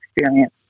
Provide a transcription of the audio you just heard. experience